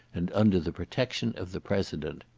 and under the protection of the president.